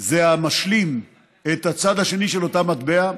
זה המשלים את הצד השני של אותה מטבע,